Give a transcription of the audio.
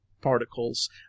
particles